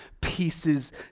pieces